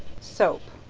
soap.